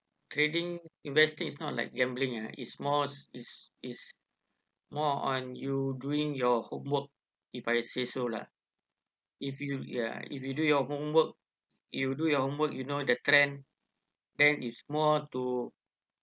trading investing is not like gambling ah is more is is more on you doing your homework if I say so lah if you ya if you do your homework you do your homework you know the trend then it's more to